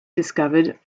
discovered